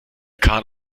kahn